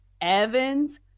Evans